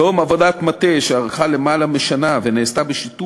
בתום עבודת מטה שארכה למעלה משנה ונעשתה בשיתוף